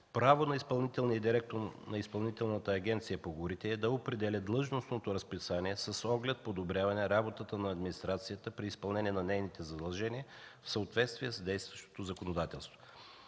Право на изпълнителния директор на Изпълнителната агенция по горите е да определя длъжностното разписание с оглед подобряване работата на администрацията при изпълнение на нейните задължения в съответствие с действащото законодателство.